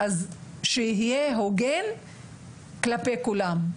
צריך שיהיה הוגן כלפי כולם,